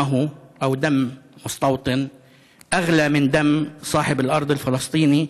או דם מתנחל יקר יותר מדם בעל המקום הפלסטיני,